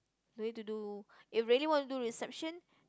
no need to do if really want to do reception